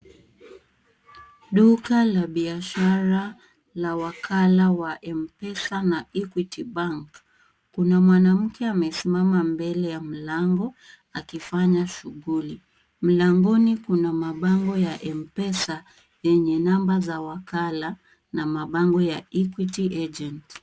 Duka la biashara na wakala wa mpesa na equity bank. Kuna mwanamke amesimama mbele ya mlango akifanya shughuli. Mlangoni kuna mabango ya mpesa yenye namba za wakala na mabango ya equity agent .